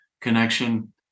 connection